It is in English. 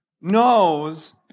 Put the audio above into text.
knows